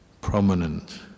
prominent